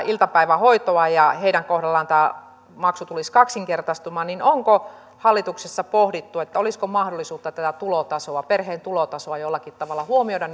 iltapäivähoitoa ja kun heidän kohdallaan tämä maksu tulisi kaksinkertaistumaan niin onko hallituksessa pohdittu olisiko mahdollisuutta tätä perheen tulotasoa jollakin tavalla huomioida